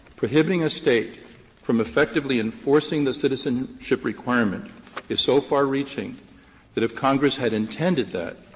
prohibiting a state from effectively enforcing the citizenship requirement is so far-reaching that if congress had intended that,